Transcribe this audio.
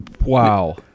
Wow